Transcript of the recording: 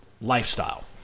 lifestyle